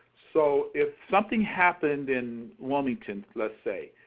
so, if something happened in wilmington, let's say,